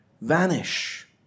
vanish